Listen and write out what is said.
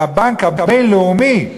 הבנק הבין-לאומי,